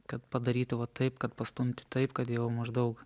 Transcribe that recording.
kad padarytų va taip kad pastumti taip kad jau maždaug